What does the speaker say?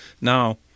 Now